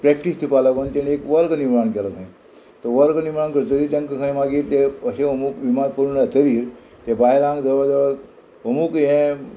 practice दिवपा लागून तेणी एक वर्ग निर्माण केलो खंय तो वर्ग निर्माण करतरी तेंका खंय मागीर ते अशें अमूक विमान पूर्ण जातरी ते बायलांक जवळ जवळ अमूक हें